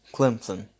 Clemson